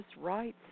rights